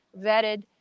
vetted